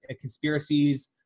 conspiracies